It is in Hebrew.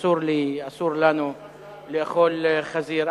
אסור לנו לאכול חזיר,